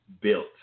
built